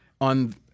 on